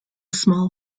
small